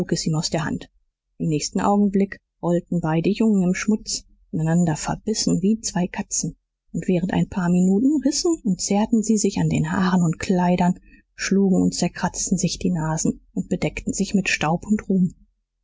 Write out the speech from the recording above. aus der hand im nächsten augenblick rollten beide jungen im schmutz ineinander verbissen wie zwei katzen und während ein paar minuten rissen und zerrten sie sich an den haaren und kleidern schlugen und zerkratzten sich die nasen und bedeckten sich mit staub und ruhm